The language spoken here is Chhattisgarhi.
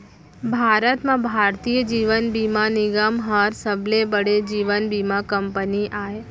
भारत म भारतीय जीवन बीमा निगम हर सबले बड़े जीवन बीमा कंपनी आय